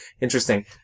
interesting